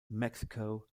mexico